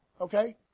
Okay